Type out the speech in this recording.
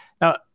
Now